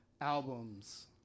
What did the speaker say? albums